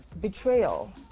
betrayal